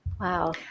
wow